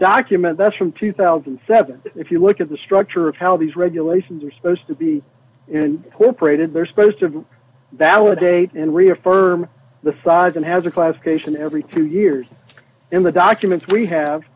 document that's from two thousand and seven if you look at the structure of how these regulations are supposed to be in poor prated they're supposed to validate and reaffirm the size and has a class station every two years in the documents we have